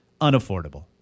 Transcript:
Unaffordable